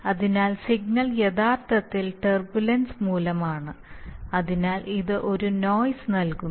അതിനാൽ സിഗ്നൽ യഥാർത്ഥത്തിൽ ടർബുലൻസ് മൂലമാണ് അതിനാൽ ഇത് ഒരു നോയിസ് നൽകുന്നു